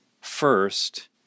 first